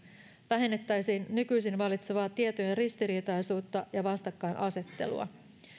vähennettäisiin nykyisin vallitsevaa tietojen ristiriitaisuutta ja vastakkainasettelua